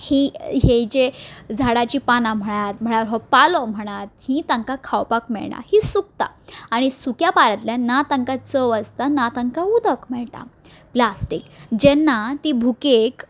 हीं हाजे झाडांचीं पानां म्हणा म्हळ्यार हो पालो म्हणात ही तांकां खावपाक मेळना ही सुकता आनी सुक्या पाल्यांतल्यान ना तांकां चव आसता ना तांकां उदक मेळटा प्लास्टीक जेन्ना ती भुकेक